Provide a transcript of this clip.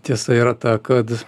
tiesa yra ta kad